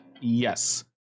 Yes